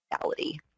reality